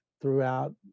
throughout